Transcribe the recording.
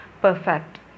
perfect